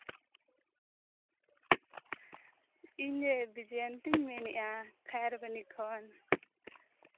ᱤᱧ ᱜᱮ ᱫᱤ ᱡᱚᱭᱚᱱᱛᱤᱧ ᱢᱮᱱᱮᱜᱼᱟ ᱠᱷᱟᱭᱟᱨᱵᱚᱱᱤ ᱠᱷᱚᱱ